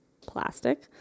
plastic